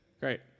Great